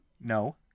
No